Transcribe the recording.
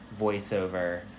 voiceover